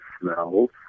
smells